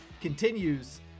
continues